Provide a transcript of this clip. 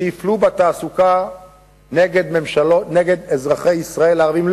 והפלו בתעסוקה נגד אזרחי ישראל הערבים,